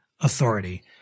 authority